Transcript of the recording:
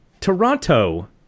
Toronto